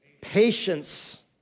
patience